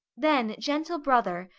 then, gentle brother,